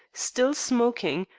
still smoking,